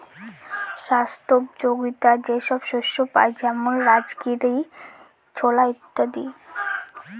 স্বাস্থ্যোপযোগীতা যে সব শস্যে পাই যেমন রাজগীরা, ছোলা ইত্যাদি